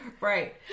Right